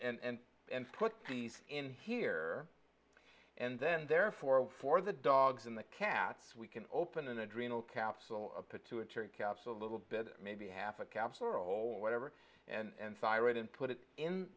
and put these in here and then therefore for the dogs in the cats we can open an adrenal capsule a pituitary capsule a little bit maybe half a counselor or whatever and siren and put it in